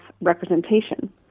representation